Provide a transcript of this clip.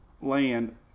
land